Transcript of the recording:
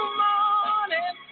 morning